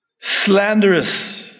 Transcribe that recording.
slanderous